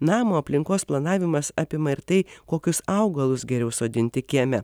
namo aplinkos planavimas apima ir tai kokius augalus geriau sodinti kieme